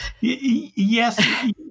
Yes